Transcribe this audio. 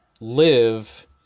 live